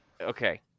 okay